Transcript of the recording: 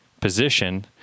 position